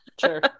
sure